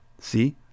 See